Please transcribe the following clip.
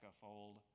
fold